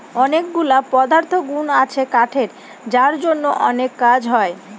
অনেকগুলা পদার্থগুন আছে কাঠের যার জন্য অনেক কাজ হয়